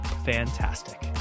fantastic